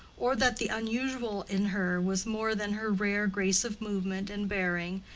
or that the unusual in her was more than her rare grace of movement and bearing,